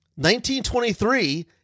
1923